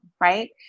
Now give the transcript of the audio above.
right